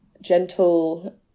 gentle